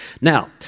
now